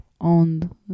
on